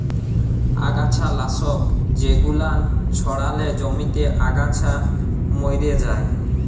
আগাছা লাশক জেগুলান ছড়ালে জমিতে আগাছা ম্যরে যায়